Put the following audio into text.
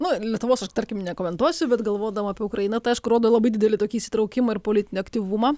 nu lietuvos aš tarkim nekomentuosiu bet galvodama apie ukrainą rodo labai didelį tokį įsitraukimą ir politinį aktyvumą